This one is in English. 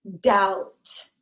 doubt